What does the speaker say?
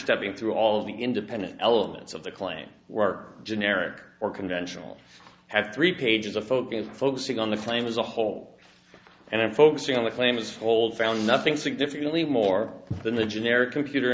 stepping through all of the independent elements of the claim work generic or conventional had three pages of focus focusing on the claim as a whole and in focusing on the claimants hold found nothing significantly more than the generic computer